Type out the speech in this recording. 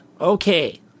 Okay